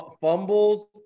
fumbles